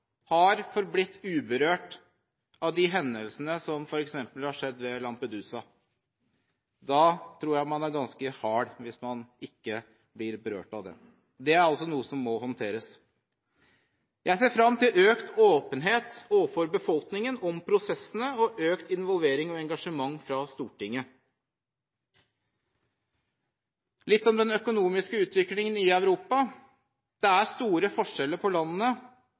har forblitt uberørt av hendelsene ved f.eks. Lampedusa. Jeg tror man er ganske hard hvis man ikke blir berørt av det. Det er også noe som må håndteres. Jeg ser fram til økt åpenhet overfor befolkningen om prosessene og økt involvering og engasjement fra Stortinget. Litt om den økonomiske utviklingen i Europa. Det er store forskjeller på landene.